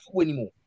anymore